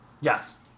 Yes